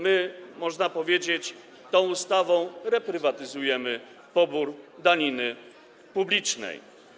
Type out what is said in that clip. My, można powiedzieć, tą ustawą reprywatyzujemy pobór daniny publicznej.